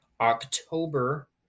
October